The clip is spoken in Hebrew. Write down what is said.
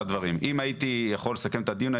דברים: אם הייתי יכול לסכם את הדיון,